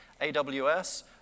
AWS